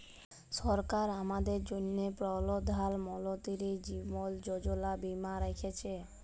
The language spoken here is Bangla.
সরকার আমাদের জ্যনহে পরধাল মলতিরি জীবল যোজলা বীমা রাখ্যেছে